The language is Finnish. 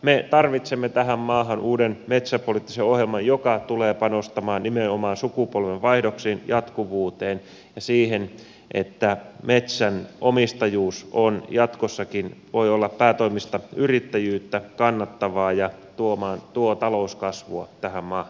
me tarvitsemme tähän maahan uuden metsäpoliittisen ohjelman joka tulee panostamaan nimenomaan sukupolvenvaihdoksiin jatkuvuuteen ja siihen että metsänomistajuus jatkossakin voi olla päätoimista yrittäjyyttä kannattavaa ja tuo talouskasvua tähän maahan